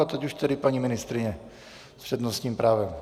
A teď už tedy paní ministryně s přednostním právem.